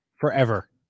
forever